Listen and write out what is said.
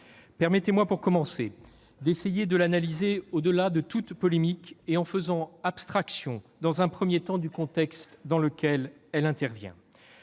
Permettez-moi, pour commencer, d'essayer de l'analyser au-delà de toute polémique et en faisant abstraction dans un premier temps du contexte dans lequel elle intervient.